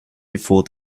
before